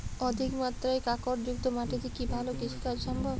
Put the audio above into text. অধিকমাত্রায় কাঁকরযুক্ত মাটিতে কি ভালো কৃষিকাজ সম্ভব?